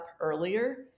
earlier